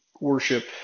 worship